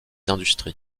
industries